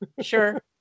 Sure